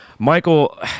Michael